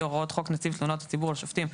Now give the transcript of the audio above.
הוראות חוק נציב תלונות הציבור על שופטים,